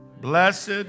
Blessed